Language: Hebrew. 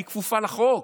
היא כפופה לחוק.